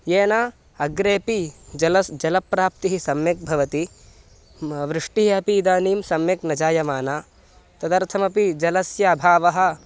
येन अग्रेऽपि जलस्य जलप्राप्तिः सम्यक् भवति म वृष्टिः अपि इदानीं सम्यक् न जायमाना तदर्थमपि जलस्य अभावः